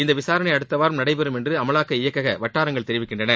இந்த விசாரணை அடுத்த வாரம் நடைபெறும் என்று அமலாக்க இயக்கக வட்டாரங்கள் தெரிவிக்கின்றன